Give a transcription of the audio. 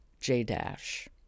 J-Dash